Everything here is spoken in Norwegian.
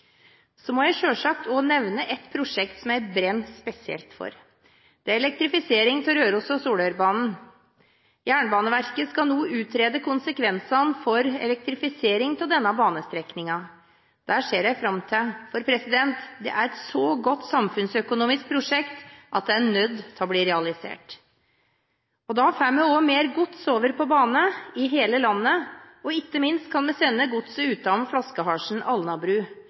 Så må jeg selvfølgelig også nevne et prosjekt som jeg brenner spesielt for. Det er elektrifisering av Røros- og Solørbanen. Jernbaneverket skal nå utrede konsekvensene for elektrifisering av denne banestrekningen. Det ser jeg fram til, for det er et så godt samfunnsøkonomisk prosjekt at det er nødt til å bli realisert. Da får vi også mer gods over på bane i hele landet, og ikke minst kan vi da sende godset utenom flaskehalsen Alnabru.